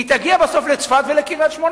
בסוף היא תגיע לצפת ולקריית-שמונה.